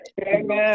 Amen